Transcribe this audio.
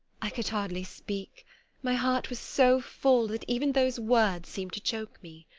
i could hardly speak my heart was so full that even those words seemed to choke me.